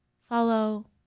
Follow